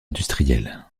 industriel